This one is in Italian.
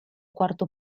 quarto